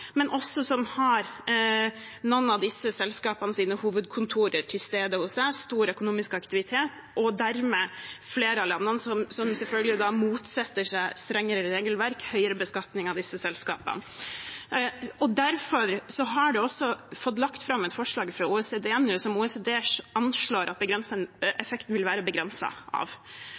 som har noen av disse selskapenes hovedkontorer til stede hos seg – stor økonomisk aktivitet – og dermed selvfølgelig motsetter seg strengere regelverk og høyere beskatning av disse selskapene. Derfor er det også lagt fram et forslag fra OECD nå, som OECD anslår at effekten vil være begrenset av. Det vil være om lag – i hvert fall ut fra det jeg har sett av